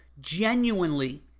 genuinely